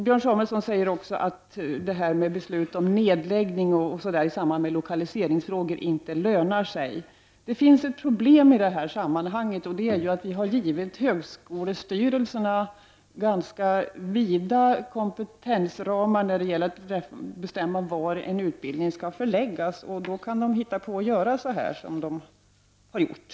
Björn Samuelson säger också att beslut om nedläggning i samband med lokaliseringsfrågor inte lönar sig. Det finns ett problem i detta sammanhang, nämligen att vi har givit högskolestyrelserna ganska vida kompetensramar när det gäller att bestämma var en utbildning skall förläggas. Då kan de hitta på att göra som de här har gjort.